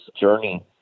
journey